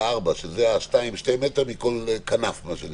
זה 2 מטר מכל כנף.